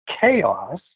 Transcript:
chaos